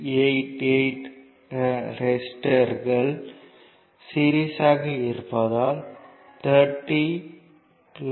888 Ω ரெசிஸ்டர்கள் சீரிஸ்யாக இருப்பதால் 30 8